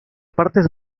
partes